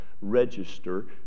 register